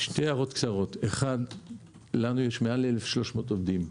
לנו יש מעל 1,300 בודדים,